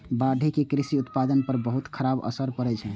बाढ़ि के कृषि उत्पादन पर बहुत खराब असर पड़ै छै